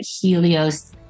Helios